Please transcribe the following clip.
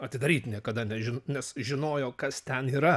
atidaryt niekada nežin nes žinojo kas ten yra